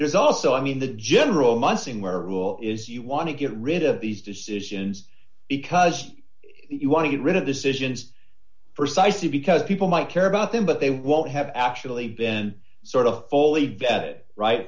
there's also i mean the general mussing where rule is you want to get rid of these decisions because you want to get rid of decisions precisely because people might care about them but they won't have actually been sort of fully vetted right